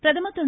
பிரதமர் திரு